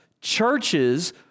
churches